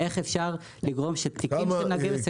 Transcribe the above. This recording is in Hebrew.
איך אפשר לגרום שתיקים של נהגים מסכני חיים